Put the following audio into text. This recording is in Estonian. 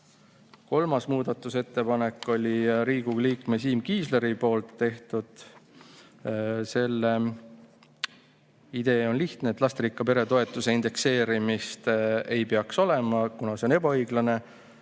muudatusettepanek oli Riigikogu liikme Siim Kiisleri tehtud. Selle idee on lihtne, et lasterikka pere toetuse indekseerimist ei peaks olema, kuna see on ebaõiglane.